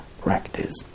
practice